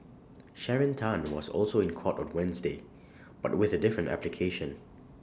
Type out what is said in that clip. Sharon Tan was also in court on Wednesday but with A different application